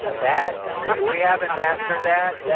ah that we haven't mastered that. yeah